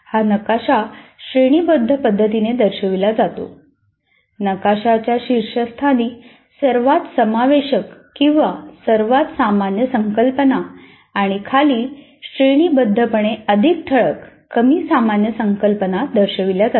हा नकाशा श्रेणीबद्ध पद्धतीने दर्शविला जातो नकाशाच्या शीर्षस्थानी सर्वात समावेशक किंवा सर्वात सामान्य संकल्पना आणि खाली श्रेणीबद्धपणे अधिक ठळक कमी सामान्य संकल्पना दर्शविल्या जातात